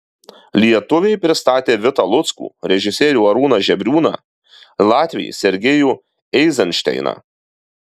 lietuviai pristato vitą luckų režisierių arūną žebriūną latviai sergejų eizenšteiną